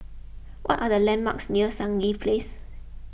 what are the landmarks near Stangee Place